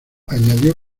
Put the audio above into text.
añadió